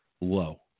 low